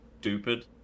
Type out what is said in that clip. stupid